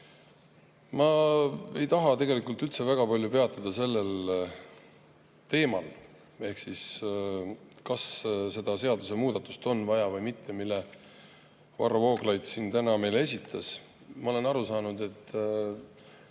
Ma ei taha tegelikult üldse väga palju peatuda sellel teemal, ehk kas seda seadusemuudatust on vaja või mitte, mille Varro Vooglaid siin täna meile esitas. Ma olen aru saanud, et